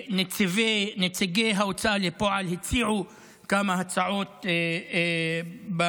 ונציגי ההוצאה לפועל הציעו כמה הצעות בנושא.